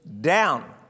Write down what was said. down